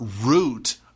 root